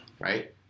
Right